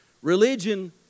Religion